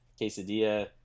quesadilla